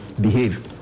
behave